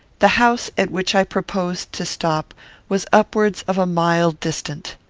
the house at which i proposed to stop was upwards of a mile distant.